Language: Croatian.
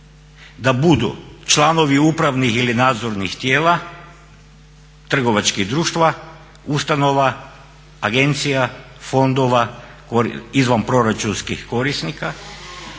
da budu članovi upravnih ili nadzornih tijela, trgovačkih društava, ustanova, agencija, fondova, izvanproračunskih korisnika